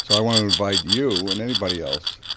so i want to invite you and anybody else,